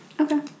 Okay